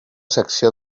secció